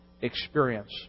experience